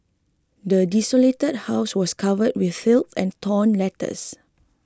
the desolated house was covered in filth and torn letters